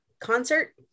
concert